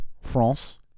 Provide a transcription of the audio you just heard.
France